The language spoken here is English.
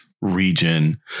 region